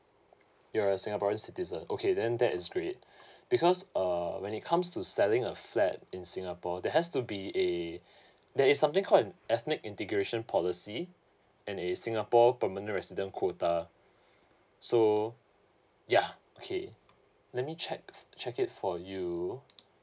you are a singaporean citizen okay then that is great because uh when it comes to selling a flat in singapore there has to be a there is something call an ethnic integration policy and a singapore permanent resident quota so ya okay let me check check it for you um